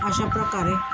अशा प्रकारे